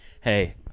Hey